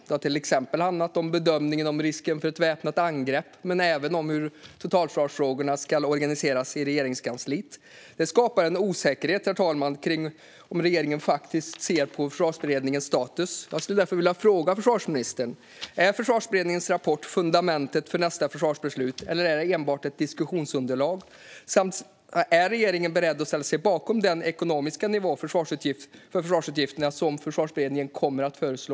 Det har till exempel handlat om bedömningen av risken för ett väpnat angrepp men även om hur totalförsvarsfrågorna ska organiseras i Regeringskansliet. Herr talman! Det skapar en osäkerhet kring hur regeringen ser på Försvarsberedningens status. Jag vill därför fråga försvarsministern: Är Försvarsberedningens rapport fundamentet för nästa försvarsbeslut, eller är det enbart ett diskussionsunderlag? Är regeringen beredd att ställa sig bakom den ekonomiska nivå för försvarsutgifterna som Försvarsberedningen kommer att föreslå?